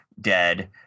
dead